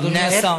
אדוני השר